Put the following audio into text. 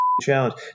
challenge